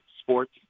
sports